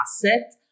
asset